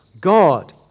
God